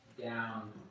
down